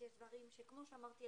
כי יש דברים שכמו שאמרתי,